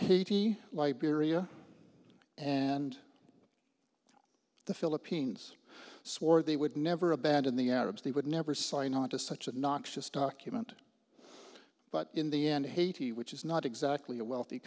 haiti liberia and the philippines swore they would never abandon the arabs they would never sign on to such a noxious document but in the end haiti which is not exactly a wealthy